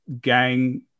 gang